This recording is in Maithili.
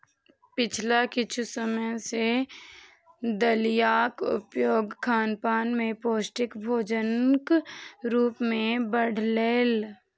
पिछला किछु समय सं दलियाक उपयोग खानपान मे पौष्टिक भोजनक रूप मे बढ़लैए